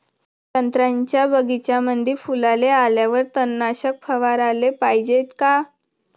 संत्र्याच्या बगीच्यामंदी फुलाले आल्यावर तननाशक फवाराले पायजे का?